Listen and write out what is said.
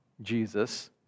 Jesus